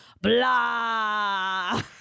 blah